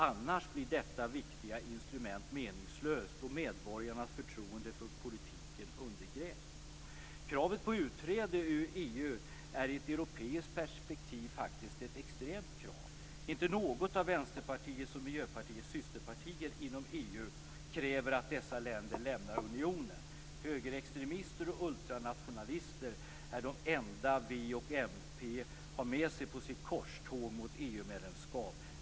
Annars blir detta viktiga instrument meningslöst och medborgarnas förtroende för politiken undergrävs. Kravet på utträde ur EU är i ett europeiskt perspektiv faktiskt ett extremt krav. Inte något av Vänsterpartiets och Miljöpartiets systerpartier inom EU kräver att deras länder lämnar unionen. Högerextremister och ultranationalister är de enda v och mp har med sig på sitt korståg mot EU-medlemskap.